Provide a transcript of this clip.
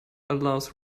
allows